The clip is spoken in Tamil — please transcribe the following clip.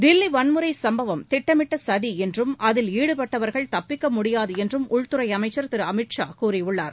தில்லி வன்முறை சும்பவம் திட்டமிட்ட சதி என்றும் அதில் ஈடுபட்டவர்கள் தப்பிக்க முடியாது என்றும் உள்துறை அமைச்சர் திரு அமித் ஷா கூறியுள்ளார்